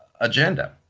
agenda